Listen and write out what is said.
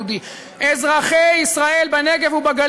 חבר הכנסת סמוטריץ, אני כרגע עצרתי את השעון שלך.